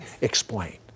Explain